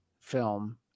Film